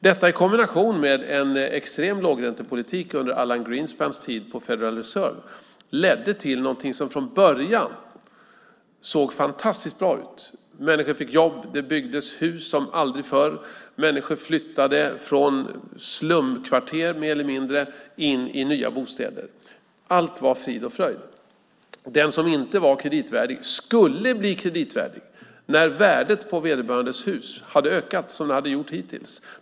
Detta i kombination med en extrem lågräntepolitik under Alan Greenspans tid på Federal Reserve ledde till någonting som från början såg fantastiskt bra ut: Människor fick jobb. Det byggdes hus som aldrig förr. Människor flyttade från slumkvarter, mer eller mindre, in i nya bostäder. Allt var frid och fröjd. Den som inte var kreditvärdig skulle bli kreditvärdig när värdet på vederbörandes hus hade ökat, som det hade gjort hittills.